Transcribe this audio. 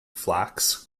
flax